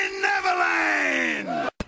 Neverland